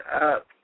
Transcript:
up